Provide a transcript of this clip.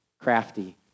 crafty